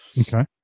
okay